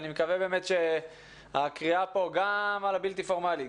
אני מקווה שהקריאה שלך גם לחינוך הבלתי פורמלי,